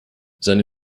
seine